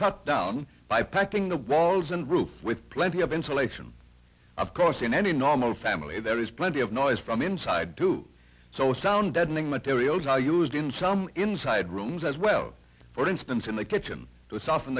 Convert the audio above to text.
cut down by packing the walls and roof with plenty of insulation of course in any normal family there is plenty of noise from inside too so sound deadening materials are used in some inside rooms as well for instance in the kitchen to soften